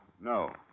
No